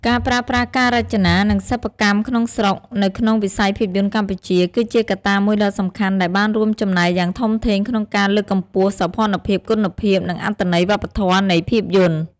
ការប្រើប្រាស់ ការរចនា និងសិប្បកម្មក្នុងស្រុក នៅក្នុងវិស័យភាពយន្តកម្ពុជា គឺជាកត្តាមួយដ៏សំខាន់ដែលបានរួមចំណែកយ៉ាងធំធេងក្នុងការលើកកម្ពស់សោភ័ណភាព គុណភាព និងអត្ថន័យវប្បធម៌នៃភាពយន្ត។